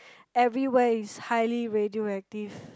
everywhere is highly radio active